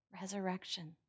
resurrection